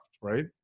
right